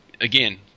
again